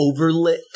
overlit